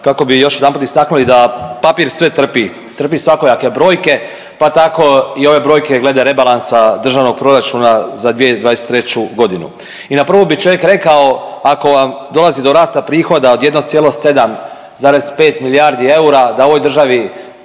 kako bi još jedanput istaknuli da papir sve trpi. Trpi svakojake brojke, pa tako i ove brojke glede rebalansa Državnog proračuna za 2023. godinu. I na prvu bi čovjek rekao ako vam dolazi do rasta prihoda od 1 cijelo 7 zarez 5 milijardi eura da u ovoj državi